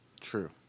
True